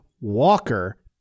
Walker